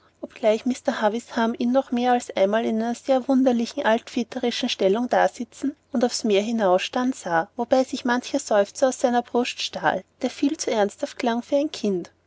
obgleich mr havisham ihn noch mehr als einmal in einer seiner wunderlich altväterischen stellungen dasitzen und aufs meer hinausstarren sah wobei sich mancher seufzer aus seiner brust stahl der viel zu ernsthaft klang für ein kind